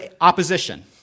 opposition